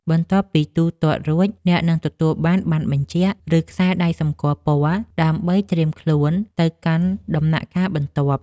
បន្ទាប់ពីទូទាត់រួច អ្នកនឹងទទួលបានប័ណ្ណបញ្ជាក់ ឬខ្សែដៃសម្គាល់ពណ៌ ដើម្បីត្រៀមខ្លួនទៅកាន់ដំណាក់កាលបន្ទាប់។